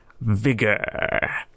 vigor